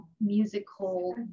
musical